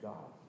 God